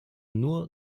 nur